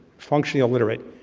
functionally illiterate,